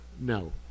No